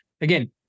Again